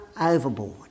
overboard